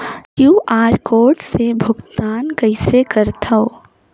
QR code से भुगतान कइसे करथव?